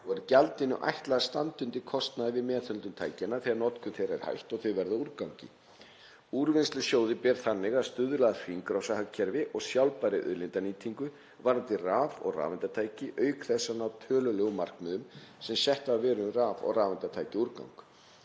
og er gjaldinu ætlað að standa undir kostnaði við meðhöndlun tækjanna þegar notkun þeirra er hætt og þau verða að úrgangi. Úrvinnslusjóði ber þannig að stuðla að hringrásarhagkerfi og sjálfbærri auðlindanýtingu varðandi raf- og rafeindatæki, auk þess að ná tölulegum markmiðum sem sett hafa verið um raf- og rafeindatækjaúrgang.